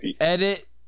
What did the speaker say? Edit